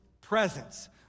presence